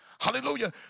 Hallelujah